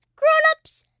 grown-ups,